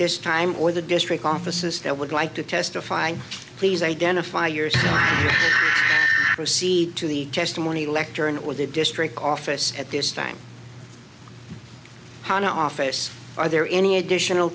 this time or the district offices that would like to testify please identify yours proceed to the testimony lectern or the district office at this time how the office are there any additional